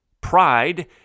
Pride